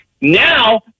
now